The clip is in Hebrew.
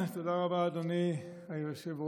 תודה רבה, אדוני היושב-ראש.